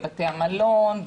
בבתי המלון,